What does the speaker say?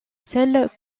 sel